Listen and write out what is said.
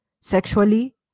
sexually